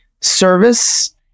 service